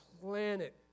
planet